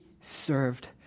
served